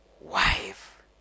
wife